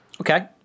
Okay